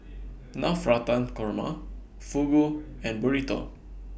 Navratan Korma Fugu and Burrito